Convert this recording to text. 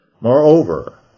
Moreover